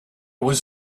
was